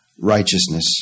righteousness